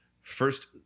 First